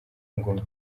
ingume